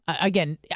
again